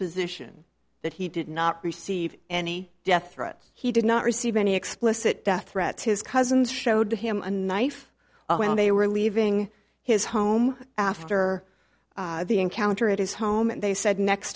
position that he did not receive any death threats he did not receive any explicit death threats his cousins showed him a knife when they were leaving his home after the encounter at his home and they said next